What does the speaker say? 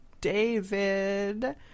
David